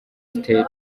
stage